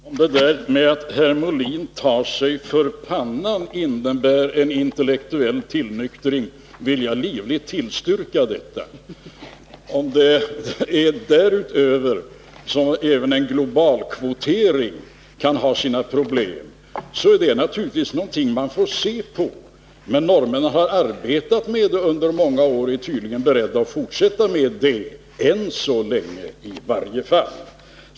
Herr talman! Om formuleringen att herr Molin tar sig för pannan innebär enintellektuell tillnyktring, vill jag livligt tillstyrka detta. Om därutöver även en globalkvotering kan ha sina problem, får man naturligtvis se på det, men norrmännen har arbetat med det systemet under många år och är tydligen beredda att fortsätta med det — än så länge i varje fall.